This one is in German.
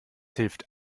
hilft